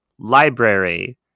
library